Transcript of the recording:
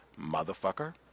motherfucker